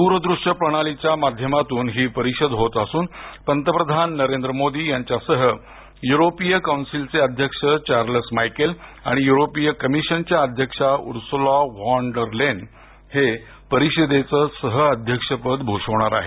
दूरदृष्य प्रणालीच्या माध्यमातून ही परिषद होत असून पंतप्रधान नरेंद्र मोदी यांच्यासह युरोपीय कौन्सिलचे अध्यक्ष चार्लस मायकेल आणि युरोपीय कमिशनच्या अध्यक्ष उर्सुला व्हॉन डर लेन हे परीषदेचं सहअध्यक्षपद भूषवणार आहेत